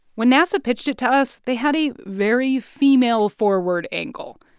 when nasa pitched it to us, they had a very female-forward angle.